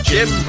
Jim